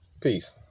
peace